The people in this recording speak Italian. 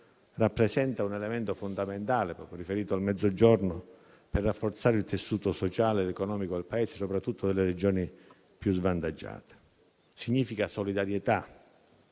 rappresenta un elemento fondamentale, riferito proprio al Mezzogiorno, per rafforzare il tessuto sociale ed economico del Paese, soprattutto delle Regioni più svantaggiate. Significa solidarietà,